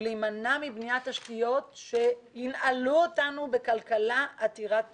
ולהימנע מבניית תשתיות שינעלו אותנו בכלכלה עתירת פליטות.